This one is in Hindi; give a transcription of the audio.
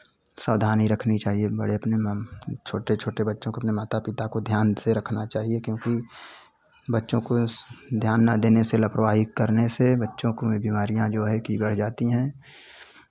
सावधानी रखनी चाहिए बड़े अपने छोटे छोटे बच्चे को अपने माता पिता को ध्यान से रखना चाहिए क्योंकि बच्चों को ध्यान ना देने से लापरवाही करने से बच्चों को बीमारियाँ जो है कि बढ़ जाती हैं